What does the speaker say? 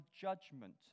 judgment